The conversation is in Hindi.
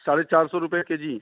साढ़े चार सौ रुपये के जी